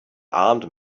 armed